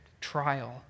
trial